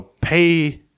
pay